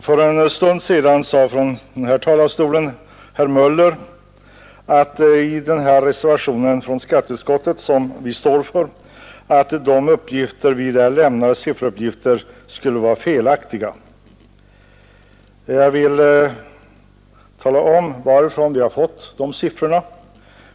För en stund sedan sade herr Möller i Gävle från denna talarstol att sifferuppgifterna i denna reservation skulle vara felaktiga. Jag vill tala om varifrån vi fått siffrorna.